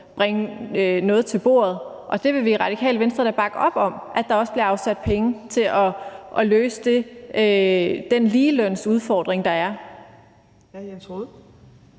bringe noget til bordet. Og vi vil i Radikale Venstre da også bakke op om, at der bliver afsat penge til at løse den ligelønsudfordring, der er.